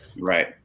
Right